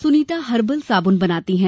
Sunita herbal साबुन बनाती हैं